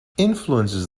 influences